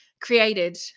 created